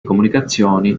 comunicazioni